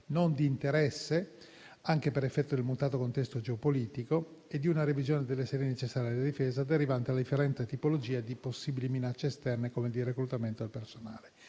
non di interesse, anche per effetto del mutato contesto geopolitico e di una revisione delle sedi necessarie alla Difesa derivanti alla differente tipologia di possibili minacce esterne, come di reclutamento del personale.